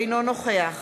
אינו נוכח